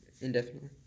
Indefinitely